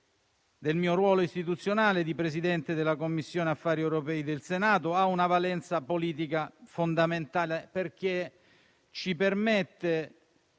del mio ruolo istituzionale di Presidente della Commissione affari europei del Senato - ha una valenza politica fondamentale, perché ci permette